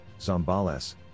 Zambales